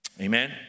amen